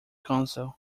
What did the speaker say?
council